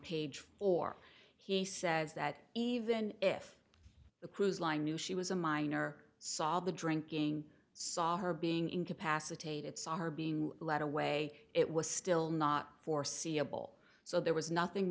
page four he says that even if the cruise line knew she was a minor saw the drinking saw her being incapacitated saw her being led away it was still not foreseeable so there was nothing